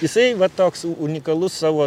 jisai va toks u unikalus savo